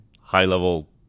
high-level